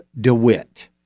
DeWitt